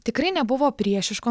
tikrai nebuvo priešiško